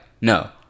no